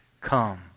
come